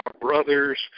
brothers